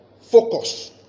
focus